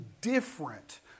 different